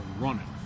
running